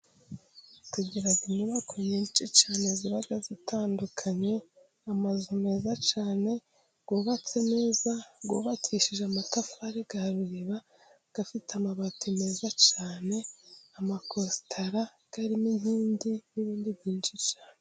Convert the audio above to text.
Tugira inyubako nyinshi cyane ziba zitandukanye amazu meza cyane yubatse neza ,yubakishije amatafari ya Ruriba, afite amabati meza cyane, amakositara, arimo inkingi n'ibindi byinshi cyane.